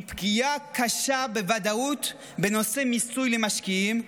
פגיעה קשה בוודאות בנושא מיסוי למשקיעים,